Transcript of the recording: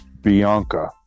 Bianca